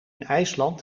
ijsland